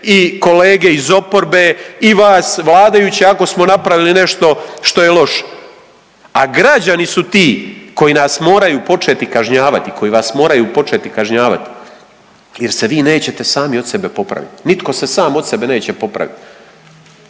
i kolege iz oporbe i vas vladajuće ako smo napravili nešto što je loše. A građani su ti koji nas moraju početi kažnjavati, koji vas moraju početi kažnjavati jer se vi nećete sami od sebe popraviti. Nitko se sam od sebe neće popraviti.